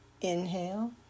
Inhale